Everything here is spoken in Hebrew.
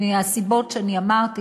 מהסיבות שאני אמרתי,